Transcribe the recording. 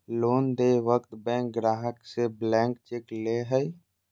loan देय वक्त bank ग्राहक से ब्लैंक चेक ले हइ